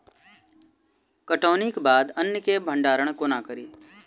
कटौनीक बाद अन्न केँ भंडारण कोना करी?